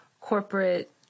corporate